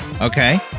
Okay